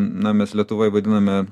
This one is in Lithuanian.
na mes lietuvoj vadiname